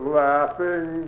laughing